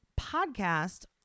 Podcast